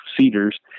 cedars